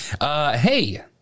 Hey